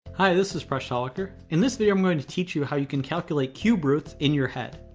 hi, this is presh talwalkar. in this video i'm going to teach you how you can calculate cube roots in your head.